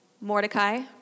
Mordecai